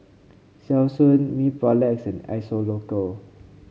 Selsun Mepilex and Isocal